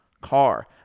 car